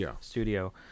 studio